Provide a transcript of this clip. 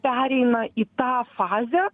pereina į tą fazę